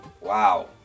Wow